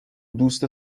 دوست